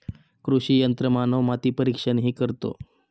कृषी यंत्रमानव माती परीक्षणही करतो